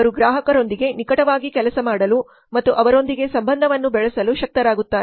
ಅವರು ಗ್ರಾಹಕರೊಂದಿಗೆ ನಿಕಟವಾಗಿ ಕೆಲಸ ಮಾಡಲು ಮತ್ತು ಅವರೊಂದಿಗೆ ಸಂಬಂಧವನ್ನು ಬೆಳೆಸಲು ಶಕ್ತರಾಗುತ್ತಾರೆ